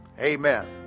amen